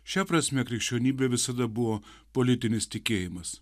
šia prasme krikščionybė visada buvo politinis tikėjimas